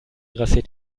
grassiert